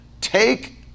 take